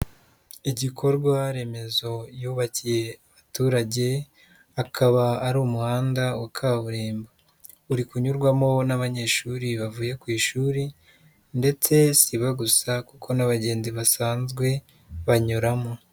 Igikorwa remezo yubakiye abaturage, akaba ari umuhanda wa kaburimbo, uri kunyurwamo n'abanyeshuri bavuye ku ishuri ndetse sibo gusa kuko n'abagenzi basanzwe banyuramo.